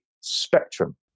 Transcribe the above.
spectrum